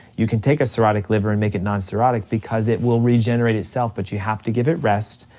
you can take a cirrhotic liver and make it non cirrhotic because it will regenerate itself, but you have to give it rest,